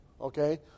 okay